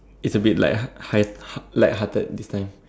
it's a bit like light-heart~ light-hearted this time